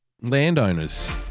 landowners